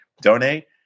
donate